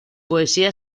poesía